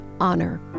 honor